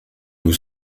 nous